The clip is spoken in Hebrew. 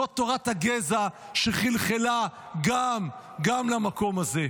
זו תורת הגזע שחלחלה גם למקום הזה.